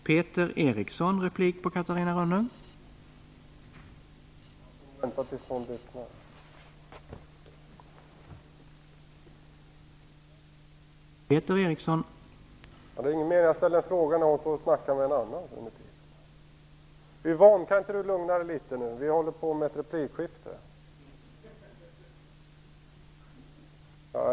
Herr talman! Jag får vänta till dess Catarina Rönnung är klar. Det är ingen mening att jag ställer en fråga när hon står och snackar med någon annan. Kan inte Yvonne Sandberg-Fries lugna sig litet nu? Vi håller på med ett replikskifte.